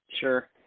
Sure